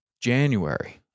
January